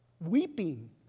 weeping